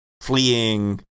fleeing